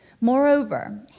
Moreover